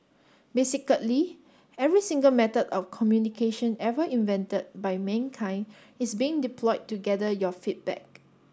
basically every single method of communication ever invented by mankind is being deployed to gather your feedback